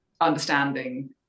understanding